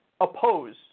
oppose